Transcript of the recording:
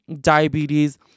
diabetes